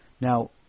Now